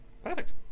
Perfect